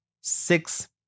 Six